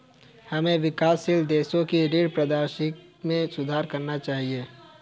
हमें विकासशील देशों की ऋण पारदर्शिता में सुधार करना चाहिए